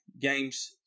games